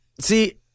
See